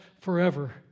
forever